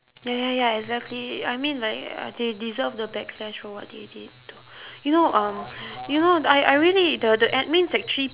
ya ya ya exactly I mean like uh they deserve the backlash for what they did to you know um you know I I really the the admins actually